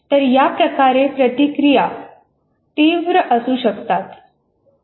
तर या प्रकारे प्रतिक्रिया तीव्र असू शकतात